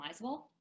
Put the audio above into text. customizable